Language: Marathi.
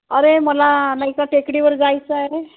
अरे मला नाही का टेकडीवर जायचं आहे